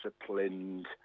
disciplined